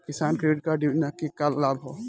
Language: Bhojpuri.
किसान क्रेडिट कार्ड योजना के का का लाभ ह?